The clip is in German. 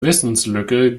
wissenslücke